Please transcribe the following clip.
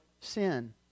sin